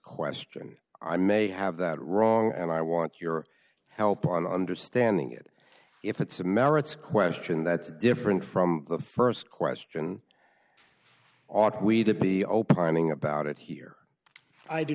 question i may have that wrong and i want your help on understanding it if it's a merits question that's different from the st question ought we to be opining about it here i do